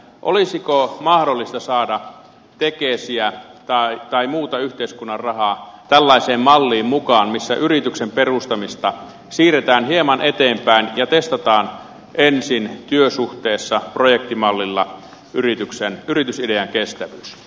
olisiko mahdollista saada tekesiä tai muuta yhteiskunnan rahaa tällaiseen malliin mukaan missä yrityksen perustamista siirretään hieman eteenpäin ja testataan ensin työsuhteessa projektimallilla yritysidean kestävyys